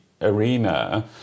arena